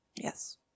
Yes